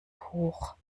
hoch